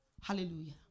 Hallelujah